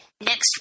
next